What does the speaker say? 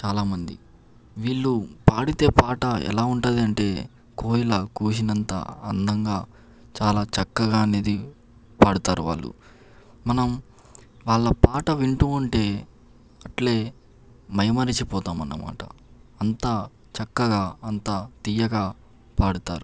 చాలామంది వీళ్ళు పాడితే పాట ఎలా ఉంటాదంటే కోయిల కూసినంత అందంగా చాలా చక్కగా అనేది పాడుతారు వాళ్ళు మనం వాళ్ళ పాట వింటూ ఉంటే అట్లే మైమరచి పోతామన్నమాట అంత చక్కగా అంత తీయగా పాడుతారు